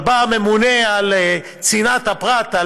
אבל הממונה על צנעת הפרט,